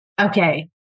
Okay